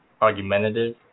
argumentative